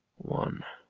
one,